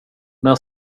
när